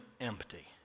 empty